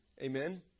Amen